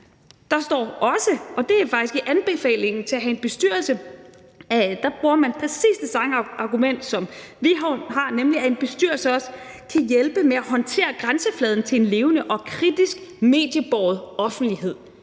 Der står også, og det er faktisk i anbefalingen af at have en bestyrelse – der bruger man præcis det samme argument, som vi har – at en bestyrelse også kan hjælpe med at håndtere grænsefladen til en levende og kritisk mediebåret offentlighed.